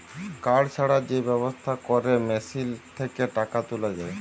card ছাড়া যে ব্যবস্থা ক্যরে মেশিল থ্যাকে টাকা তুলা যায়